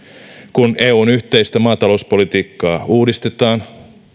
kun eun yhteistä maatalouspolitiikkaa uudistetaan